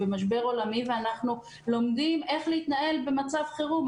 ואנחנו לומדים איך להתנהל במצב חירום.